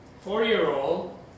four-year-old